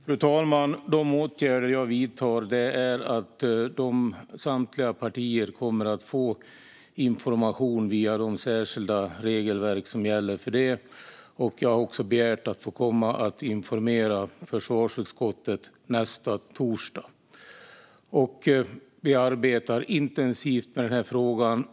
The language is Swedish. Fru talman! De åtgärder jag vidtar innebär att samtliga partier kommer att få information enligt de särskilda regelverk som gäller för detta. Jag har också begärt att få komma och informera försvarsutskottet nästa torsdag. Vi arbetar intensivt med denna fråga.